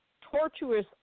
tortuous